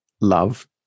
love